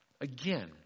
Again